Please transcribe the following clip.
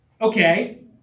Okay